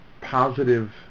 positive